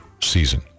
season